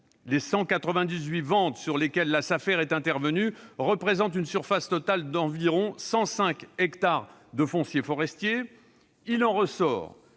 Les 198 ventes sur lesquelles la Safer est intervenue représentent une surface totale d'environ 105 hectares de foncier forestier. Il en ressort